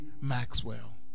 Maxwell